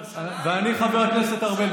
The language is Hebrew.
חבר הכנסת ארבל,